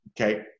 Okay